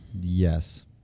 Yes